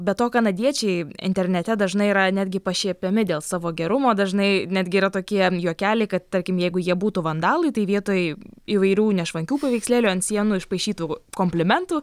be to kanadiečiai internete dažnai yra netgi pašiepiami dėl savo gerumo dažnai netgi yra tokie juokeliai kad tarkim jeigu jie būtų vandalai tai vietoj įvairių nešvankių paveikslėlių ant sienų išpaišytų komplimentų